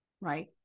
right